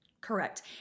Correct